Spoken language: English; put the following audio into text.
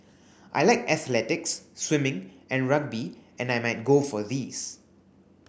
I like athletics swimming and rugby and I might go for these